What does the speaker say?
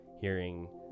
hearing